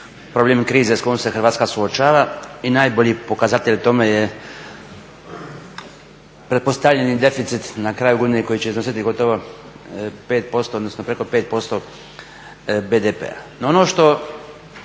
problem krize s kojom se Hrvatska suočava i najbolji pokazatelj tome je pretpostavljeni deficit na kraju godine koji će iznositi gotovo 5%, odnosno preko 5% BDP-a.